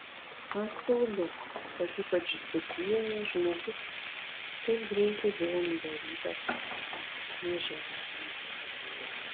man skaudu kad ypač dzūkijoje žmogus taip greitai buvo nuvarytas nuo žemės